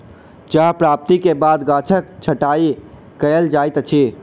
चाह प्राप्ति के बाद गाछक छंटाई कयल जाइत अछि